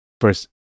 first